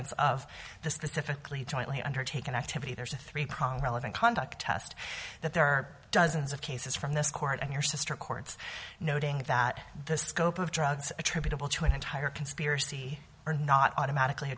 e of the specifically jointly undertaken activity there's a three prong relevant conduct test that there are dozens of cases from this court and your sister courts noting that the scope of drugs attributable to an entire conspiracy or not automatically